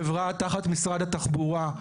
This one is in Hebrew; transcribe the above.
חברה תחת משרד התחבורה.